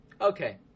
Okay